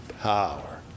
power